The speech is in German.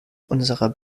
unserer